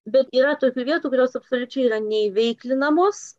bet yra tokių vietų kurios absoliučiai yra neįveiklinamos